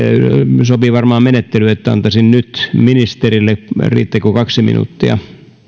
sopii varmaan menettely että antaisin nyt ministerille puheenvuoron kolme minuuttia